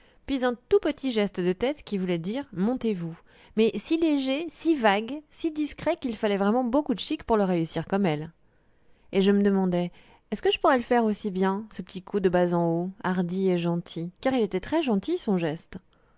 puis un tout petit geste de tête qui voulait dire montez vous mais si léger si vague si discret qu'il fallait vraiment beaucoup de chic pour le réussir comme elle et je me demandais est-ce que je pourrais le faire aussi bien ce petit coup de bas en haut hardi et gentil car il était très gentil son geste